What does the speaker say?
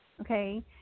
okay